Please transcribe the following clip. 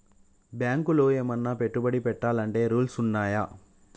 బ్యాంకులో ఏమన్నా పెట్టుబడి పెట్టాలంటే రూల్స్ ఉన్నయా?